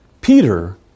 Peter